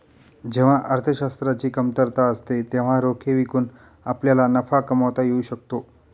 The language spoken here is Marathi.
जेव्हा अर्थशास्त्राची कमतरता असते तेव्हा रोखे विकून आपल्याला नफा कमावता येऊ शकतो